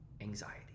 anxiety